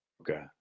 okay